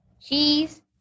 Cheese